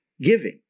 giving